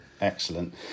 Excellent